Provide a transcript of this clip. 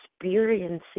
experiencing